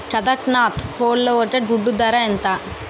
కదక్నత్ కోళ్ల ఒక గుడ్డు ధర ఎంత?